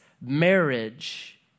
marriage